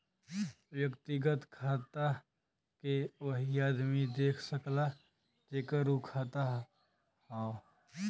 व्यक्तिगत खाता के वही आदमी देख सकला जेकर उ खाता हौ